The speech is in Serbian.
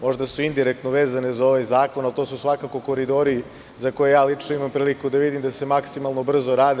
Možda su indirektno vezane za ovaj zakon, ali to su svakako koridori za koje lično imam priliku da vidim da se maksimalno brzo rade.